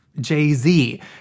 Jay-Z